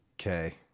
okay